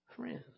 friends